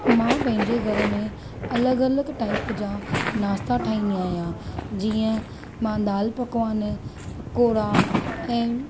मां पंहिंजे घर में अलॻि अलॻि टाइप जा नाश्ता ठाहींदी आहियां जीअं मां दाल पकवान पकोड़ा ऐं